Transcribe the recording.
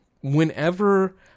Whenever